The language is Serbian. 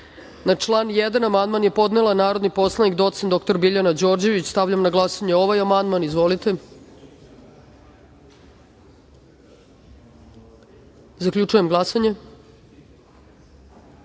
član 1. amandman je podnela narodni poslanik doc. dr Biljana Đorđević. Stavljam na glasanje ovaj amandman. Izvolite. Zaključujem glasanje: